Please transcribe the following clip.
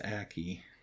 Aki